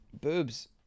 Boobs